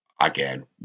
again